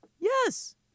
Yes